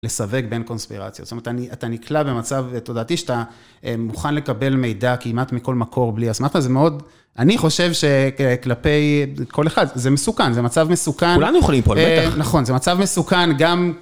לסווג בין קונספירציות. זאת אומרת, אתה נקלע במצב, תודעתי שאתה מוכן לקבל מידע כמעט מכל מקור בלי אסמכתא, זה מאוד, אני חושב שכלפי, כל אחד, זה מסוכן, זה מצב מסוכן. כולנו אוכלים פה, בטח. נכון, זה מצב מסוכן גם...